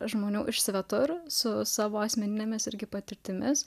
žmonių iš svetur su savo asmeninėmis irgi patirtimis